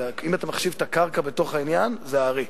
אם אתה מחשיב את הקרקע בתוך העניין, זה הארי.